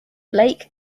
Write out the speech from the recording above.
blake